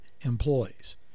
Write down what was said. employees